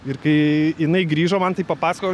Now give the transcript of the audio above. ir kai jinai grįžo man tai papasakojo